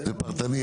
פרטני.